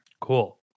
Cool